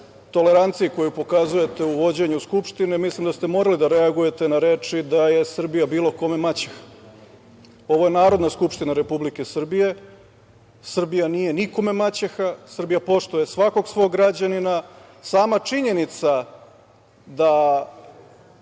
tolerancije koju pokazujete u vođenju Skupštine, mislim da ste morali da reagujete na reči da je Srbija bilo kome maćeha. Ovo je Narodna skupština Republike Srbije, Srbija nije nikome maćeha, Srbija poštuje svakog svog građanina. Sama činjenica da